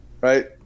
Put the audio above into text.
right